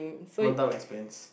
one time expense